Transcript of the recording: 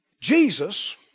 Jesus